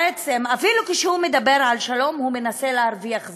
אפילו כשהוא מדבר על שלום, בעצם מנסה להרוויח זמן,